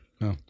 No